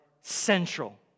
central